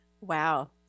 Wow